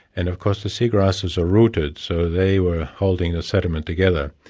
and of course the seagrasses are rooted, so they were holding the sediment together.